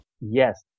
Yes